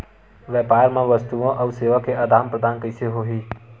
व्यापार मा वस्तुओ अउ सेवा के आदान प्रदान कइसे होही?